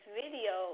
video